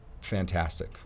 fantastic